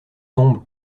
tombe